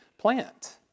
plant